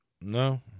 no